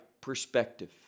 perspective